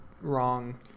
wrong